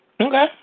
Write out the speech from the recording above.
Okay